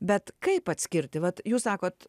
bet kaip atskirti vat jūs sakot